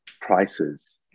prices